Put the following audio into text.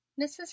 mrs